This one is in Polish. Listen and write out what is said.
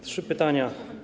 Trzy pytania.